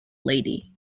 lady